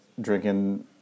drinking